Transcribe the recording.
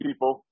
people